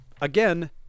again